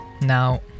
now